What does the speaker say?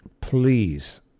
please